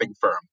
firm